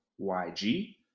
YG